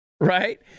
Right